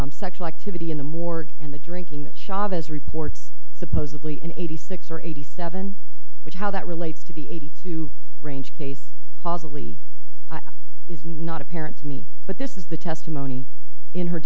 the sexual activity in the morgue and the drinking that chavez reports supposedly in eighty six or eighty seven which how that relates to the eighty two range case possibly is not apparent to me but this is the testimony in her